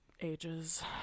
ages